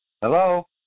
Hello